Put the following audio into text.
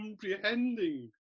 comprehending